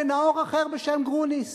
בנאור אחר בשם גרוניס.